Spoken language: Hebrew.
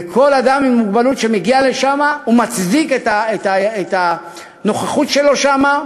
וכל אדם עם מוגבלות שמגיע לשם מצדיק את הנוכחות שלו שם,